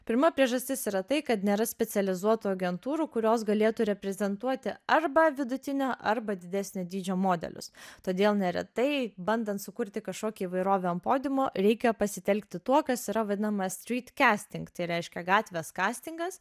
pirma priežastis yra tai kad nėra specializuotų agentūrų kurios galėtų reprezentuoti arba vidutinio arba didesnio dydžio modelius todėl neretai bandant sukurti kažkokį įvairovę ant podiumo reikia pasitelkti tuo kas yra vadinama strit kestink tai reiškia gatvės kastingas